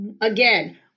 Again